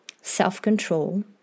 self-control